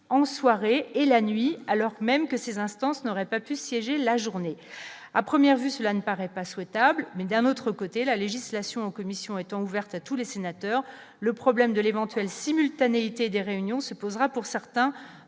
en soirée et la nuit, alors même que ces instances n'aurait pas pu siéger la journée à première vue, cela ne paraît pas souhaitable mais d'un autre côté, la législation en commission étant ouverte à tous les sénateurs, le problème de l'éventuelle simultanéité des réunions se posera pour certains